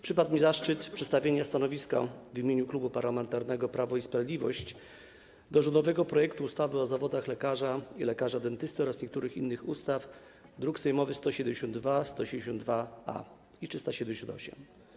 Przypadł mi zaszczyt przedstawienia stanowiska w imieniu Klubu Parlamentarnego Prawo i Sprawiedliwość w sprawie rządowego projektu ustawy o zmianie ustawy o zawodach lekarza i lekarza dentysty oraz niektórych innych ustaw, druki nr 172, 172-A i 378.